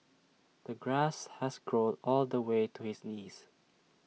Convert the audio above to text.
the grass has grown all the way to his knees